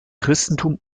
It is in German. christentum